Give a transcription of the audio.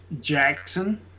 Jackson